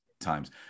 times